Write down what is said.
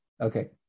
okay